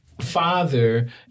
father